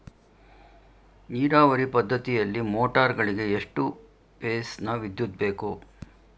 ನೀರಾವರಿ ಪದ್ಧತಿಯಲ್ಲಿ ಮೋಟಾರ್ ಗಳಿಗೆ ಎಷ್ಟು ಫೇಸ್ ನ ವಿದ್ಯುತ್ ಬೇಕು?